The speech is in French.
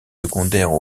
secondaires